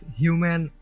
human